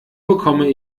bekomme